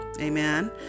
Amen